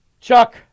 Chuck